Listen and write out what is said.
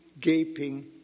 gaping